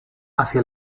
hacia